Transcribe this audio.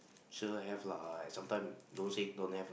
sure have lah I sometime don't say don't have